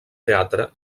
teatre